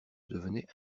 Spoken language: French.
devenaient